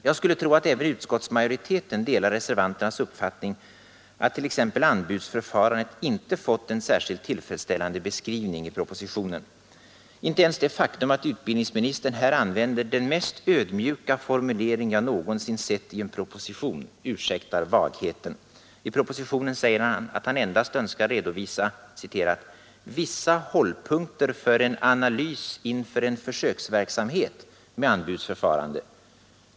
Jag skulle tro att även utskottsmajoriteten delar reservanternas uppfattning att t.ex. anbudsförfarandet inte fått en särskilt tillfredsställande beskrivning i propositionen. Inte ens det faktum att utbildningsministern här använder den mest ödmjuka formulering jag någonsin sett i en proposition ursäktar vagheten. I propositionen säger han att han endast önskar redovisa ”vissa hållpunkter för en analys inför en försöksverksamhet” med anbudsförfarande.